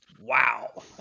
wow